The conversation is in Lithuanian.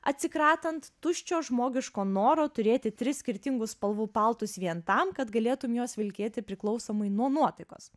atsikratant tuščio žmogiško noro turėti tris skirtingų spalvų paltus vien tam kad galėtum juos vilkėti priklausomai nuo nuotaikos